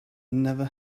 never